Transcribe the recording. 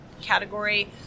category